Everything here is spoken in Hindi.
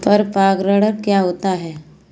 पर परागण क्या होता है?